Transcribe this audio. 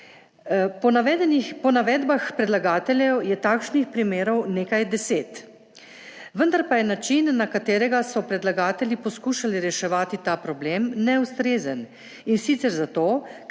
Po navedbah predlagateljev je takšnih primerov nekaj 10, vendar pa je način na katerega so predlagatelji poskušali reševati ta problem neustrezen in sicer zato,